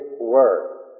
word